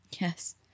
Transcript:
yes